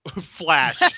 Flash